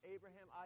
Abraham